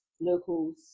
locals